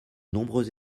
nombreux